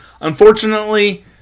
Unfortunately